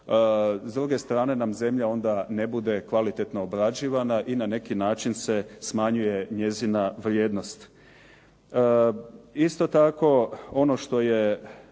s druge strane nam zemlja onda ne bude kvalitetno obrađivana i na neki način se smanjuje njezina vrijednost. Isto tako, ono što je